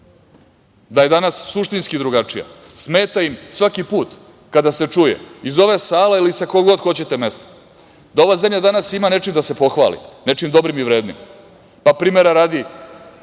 da je danas suštinski drugačija, smeta im svaki put kada se čuje iz ove sale ili sa koga god hoćete mesta, da ova zemlja danas ima nečim da se pohvali, nečim dobrim i vrednim. Primera radi,